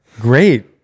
great